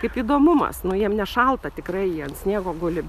kaip įdomumas nu jiem nešalta tikrai jie ant sniego guli